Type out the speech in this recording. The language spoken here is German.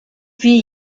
wie